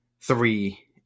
three